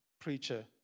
preacher